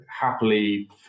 happily